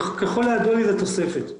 ככל הידוע לי זה תוספת.